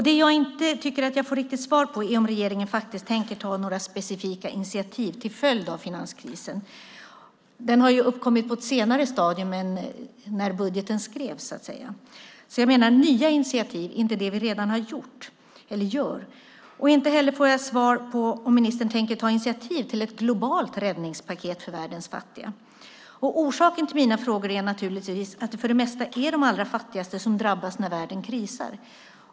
Det jag inte tycker att jag får riktigt svar på är om regeringen tänker ta några specifika initiativ till följd av finanskrisen. Den har ju uppkommit på ett senare stadium än när budgeten skrevs. Jag menar nya initiativ, inte det som vi redan har gjort eller gör. Inte heller får jag svar på om ministern tänker ta initiativ till ett globalt räddningspaket för världens fattiga. Orsaken till mina frågor är naturligtvis att det för det mesta är de allra fattigaste som drabbas när världen krisar.